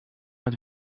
het